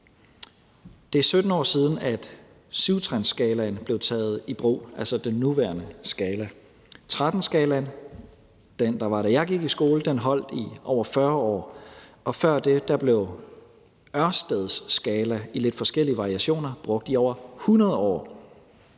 Det er 17 år siden, at 7-trinsskalaen blev taget i brug, altså den nuværende skala. 13-skalaen – den, der var der, da jeg gik i skole – holdt i over 40 år, og før det blev Ørsteds skala i lidt forskellige variationer brugt i over 100 år.